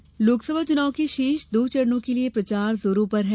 प्रचार देश लोकसभा चुनाव के शेष दो चरणों के लिए प्रचार जोरों पर है